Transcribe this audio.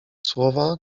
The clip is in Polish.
słowa